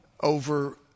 over